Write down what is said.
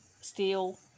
steel